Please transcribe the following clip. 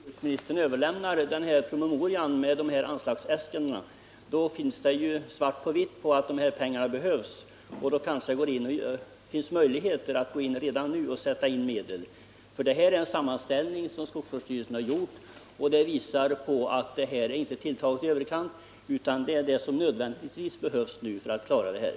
Herr talman! Om jag till jordbruksministern överlämnar denna promemoria med dessa anslagsäskanden, då finns det svart på vitt på att dessa pengar behövs, och då kanske det finns möjligheter att gå in redan nu och sätta till medel. Detta är en sammanställning skogsvårdsstyrelsen gjort. Av denna framgår att det inte är tilltaget i överkant. Vad som redovisas behövs för att klara problemen.